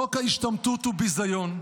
חוק ההשתמטות הוא ביזיון,